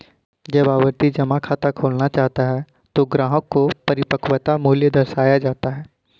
जब आवर्ती जमा खाता खोला जाता है तो ग्राहक को परिपक्वता मूल्य दर्शाया जाता है